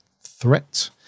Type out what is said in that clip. threat